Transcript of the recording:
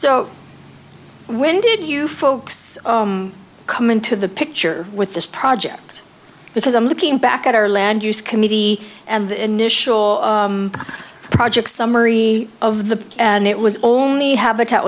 so when did you folks come into the picture with this project because i'm looking back at our land use committee and the initial project summary of the and it was only habitat